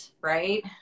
right